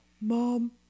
Mom